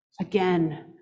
again